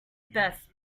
best